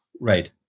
Right